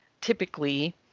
typically